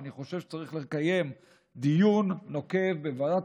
ואני חושב שצריך לקיים דיון נוקב בוועדת